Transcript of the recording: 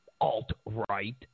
alt-right